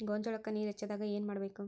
ಗೊಂಜಾಳಕ್ಕ ನೇರ ಹೆಚ್ಚಾದಾಗ ಏನ್ ಮಾಡಬೇಕ್?